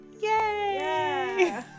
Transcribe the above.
Yay